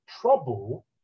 trouble